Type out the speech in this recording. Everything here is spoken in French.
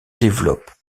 développe